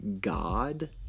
god